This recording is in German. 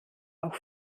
auch